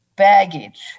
baggage